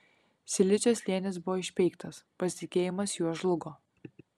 silicio slėnis buvo išpeiktas pasitikėjimas juo žlugo